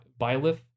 Bilith